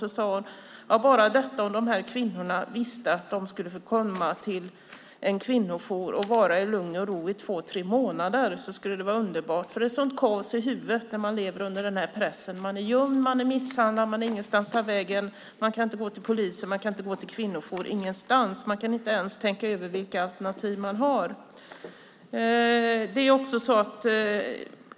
Hon sade att om dessa kvinnor visste att de skulle få komma till en kvinnojour och vara där i lugn och ro i två tre månader skulle det vara underbart eftersom det är ett sådant kaos i huvudet på dem som lever under denna press. De är gömda, misshandlade och har ingenstans att ta vägen. De kan inte gå till polisen, inte till kvinnojourer och ingen annanstans. De kan inte ens tänka över vilka alternativ som de har.